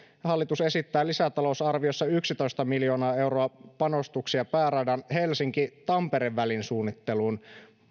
hallitus esittää lisätalousarviossa yksitoista miljoonaa euroa panostuksia pääradan helsinki tampere välin suunnitteluun